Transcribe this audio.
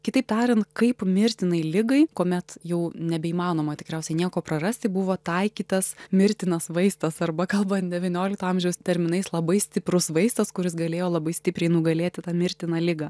kitaip tariant kaip mirtinai ligai kuomet jau nebeįmanoma tikriausiai nieko prarasti buvo taikytas mirtinas vaistas arba kalbant devyniolikto amžiaus terminais labai stiprus vaistas kuris galėjo labai stipriai nugalėti tą mirtiną ligą